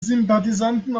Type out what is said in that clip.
sympathisanten